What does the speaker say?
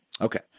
Okay